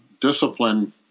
discipline